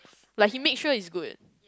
like he make sure is good